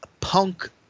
Punk